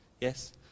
yes